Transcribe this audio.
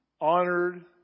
honored